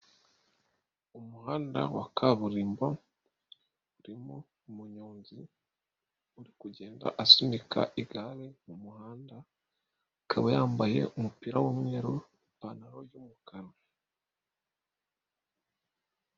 Umuhanda wa kaburimbo, urimo umunyonzi uri kugenda asunika igare mumuhanda, akaba yambaye umupira w'umweru n'ipantaro y'umukara.